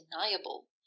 undeniable